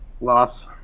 Loss